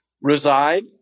reside